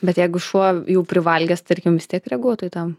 bet jeigu šuo jau privalgęs tarkim vis tiek reaguotų į tą